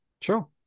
Sure